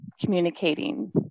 communicating